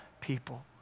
people